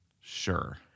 Sure